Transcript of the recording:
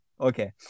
Okay